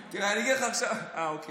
אה, אוקיי.